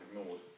ignored